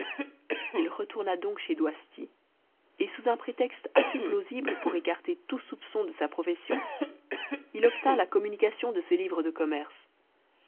il retourna donc chez doisty et sous un prétexte assez plausible pour écarter tout soupçon de sa profession il obtint la communication de ses livres de commerce